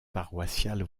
paroissiale